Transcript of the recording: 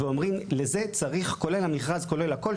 ואומרים: ״לזה צריך כולל המכרז וכולל הכול,